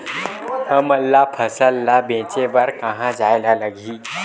हमन ला फसल ला बेचे बर कहां जाये ला लगही?